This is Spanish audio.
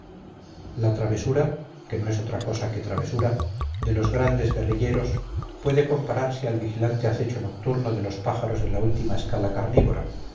a los vulgares ojos la travesura pues no es otra cosa que travesura de los grandes guerrilleros puede compararse al vigilante acecho nocturno de los pájaros de la última escala carnívora